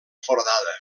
foradada